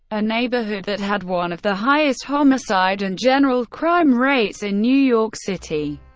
a neighborhood that had one of the highest homicide and general crime rates in new york city.